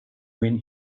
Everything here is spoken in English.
when